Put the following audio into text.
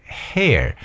hair